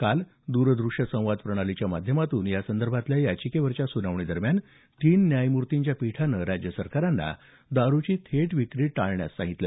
काल द्रदृष्य संवाद प्रणालीच्या माध्यमातून यासंदर्भातल्या याचिकेवरच्या सुनावणीदरम्यान तीन न्यायमूर्तींच्या पीठानं राज्य सरकारांना दारूची थेट विक्री टाळण्यास सांगितलं